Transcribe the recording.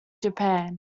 japan